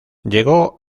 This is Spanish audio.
llegó